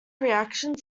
reactions